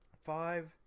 five